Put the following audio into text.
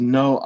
no